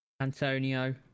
Antonio